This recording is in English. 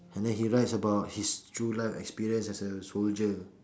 and then he writes about his true life experience as a soldier